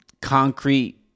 concrete